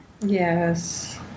Yes